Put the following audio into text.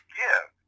give